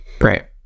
right